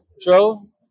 drove